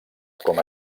com